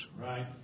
Right